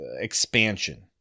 expansion